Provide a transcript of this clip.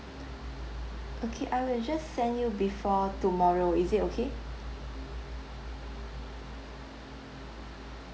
okay I will just send you before tomorrow is it okay